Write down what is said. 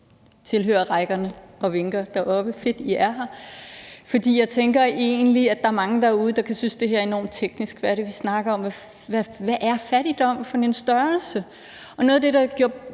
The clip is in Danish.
tilhørerrækkerne og vinker – hvor er det fedt, at I er her. For jeg tænker egentlig, at der er mange derude, der kan synes, at det her er enormt teknisk. Hvad er det, vi snakker om? Hvad er fattigdom for en størrelse? Noget af det, der gjorde